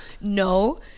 no